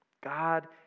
God